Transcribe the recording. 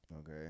Okay